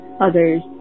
others